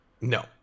No